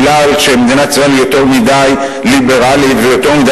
כי מדינת ישראל היא יותר מדי ליברלית ויותר מדי